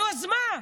נו, אז מה?